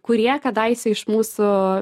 kurie kadaise iš mūsų